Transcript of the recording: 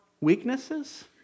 weaknesses